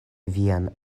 vian